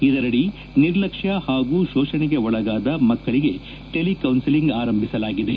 ಇದರಡಿ ನಿರ್ಲಕ್ಷ್ಯ ಹಾಗೂ ಶೋಷಣೆಗೆ ಒಳಗಾದ ಮಕ್ಕಳಿಗೆ ಟೆಲಿ ಕೌನ್ನಲಿಂಗ್ ಆರಂಭಿಸಲಾಗಿದೆ